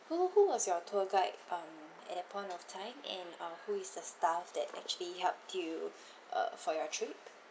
who who was your tour guide um at that point of time and um who is the staff that actually helped you uh for your trip